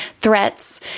threats